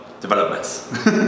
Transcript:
developments